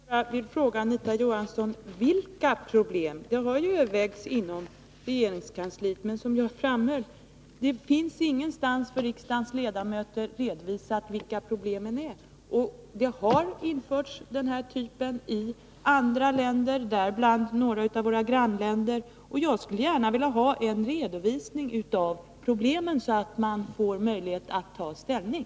Herr talman! Jag vill fråga Anita Johansson: Vilka är dessa problem? Frågan har ju övervägts i regeringskansliet, men som jag framhöll finns det inte någonstans redovisat för riksdagens ledamöter vilka problemen är. Den här typen av skatt har införts i andra länder, däribland några av våra grannländer. Jag skulle gärna vilja ha en redovisning av problemen, så att vi får möjlighet att ta ställning.